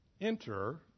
enter